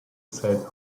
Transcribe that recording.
said